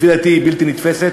לפי דעתי היא בלתי נתפסת.